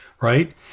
right